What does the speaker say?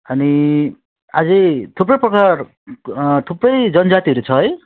अनि अझै थुप्रै प्रकार थुप्रै जनजातिहरू छ है